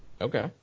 Okay